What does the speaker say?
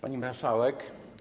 Pani Marszałek!